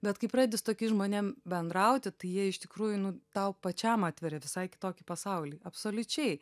bet kai pradedi su tokiais žmonėm bendrauti tai jie iš tikrųjų nu tau pačiam atveria visai kitokį pasaulį absoliučiai